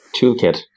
toolkit